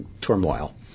turmoil